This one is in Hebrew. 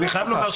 זה לא ככה.